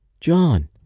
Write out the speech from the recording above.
John